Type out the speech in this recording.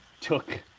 took